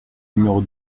numéro